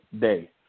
day